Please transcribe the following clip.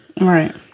Right